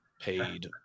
paid